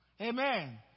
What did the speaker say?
Amen